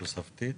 תוספתית?